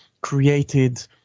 created